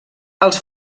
els